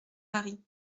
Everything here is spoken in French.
maries